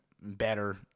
better